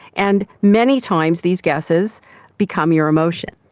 and many times these guesses become your emotion.